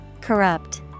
Corrupt